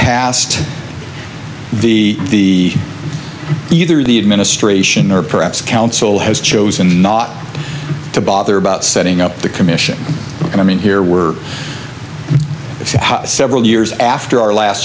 past the either the administration or perhaps council has chosen not to bother about setting up the commission i mean there were several years after our